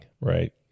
right